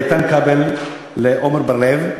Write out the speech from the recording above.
איתן כבל ועמר בר-לב,